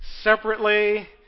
separately